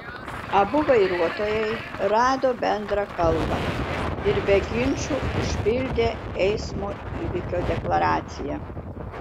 abu vairuotojai rado bendrą kalbą ir be ginčų užpildė eismo įvykio deklaraciją